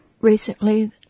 Recently